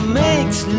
makes